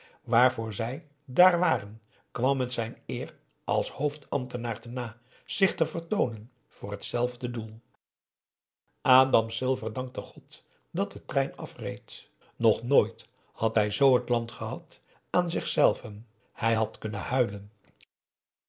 waarvoor zij daar waren kwam het zijn eer als hoofdambtenaar te na zich te vertoonen voor hetzelfde doel adam silver dankte god dat de trein afreed aum boe akar eel nog nooit had hij z het land gehad aan zichzelven hij had kunnen huilen